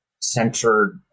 centered